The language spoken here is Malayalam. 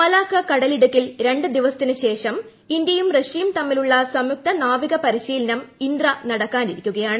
മലാക്കാ കടലിടുക്കിൽ രണ്ടുദിവസത്തിനുശേഷം ഇന്ത്യയും റഷ്യയും തമ്മിലുള്ള സംയുക്ത നാവിക് പരിശീലനം ഇന്ദ്ര നടക്കാനിരിക്കുകയാണ്